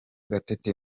gatete